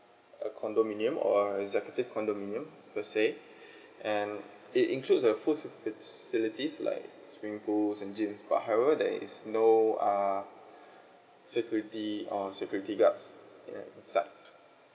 a condominium or a executive condominium per se and it includes a full facilities like swimming pools and gyms but however there is no err security or security guards inside